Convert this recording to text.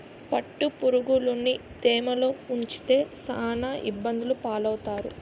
పట్టుపురుగులుని తేమలో ఉంచితే సాన ఇబ్బందులు పాలవుతారు